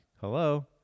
Hello